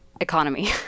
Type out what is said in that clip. Economy